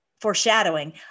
foreshadowing